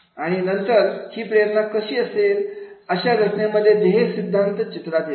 आणि नंतर ही प्रेरणा कशी असेल अशा घटनेमध्ये ध्येय सिद्धांत चित्रात येतो